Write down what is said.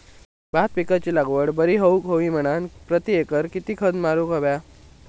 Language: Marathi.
भात पिकाची लागवड बरी होऊक होई म्हणान प्रति एकर किती किलोग्रॅम खत मारुक होया?